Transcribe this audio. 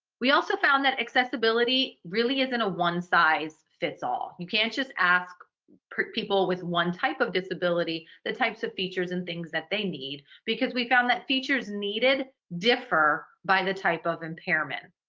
we also found that accessibility really isn't a one size fits all. you can't just ask for people with one type of disability the types of features and things that they need, because we found that features needed differ by the type of impairment.